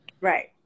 right